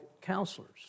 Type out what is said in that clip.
counselors